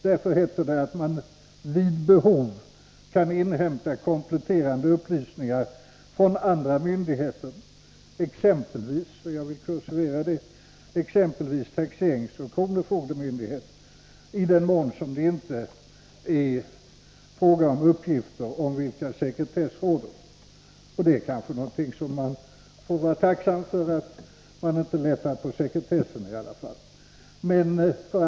Därför står det att man ”vid behov kan inhämta kompletterande upplysningar från andra myndigheter”, exempelvis taxeringseller kronofogdemyndighet, i den mån det inte är fråga om uppgifter för vilka sekretess råder. Att man inte har lättat på sekretessen är kanske någonting som vi får vara tacksamma för.